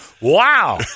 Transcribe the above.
Wow